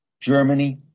Germany